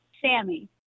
Sammy